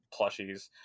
plushies